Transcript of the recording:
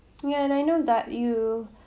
ya and I know that you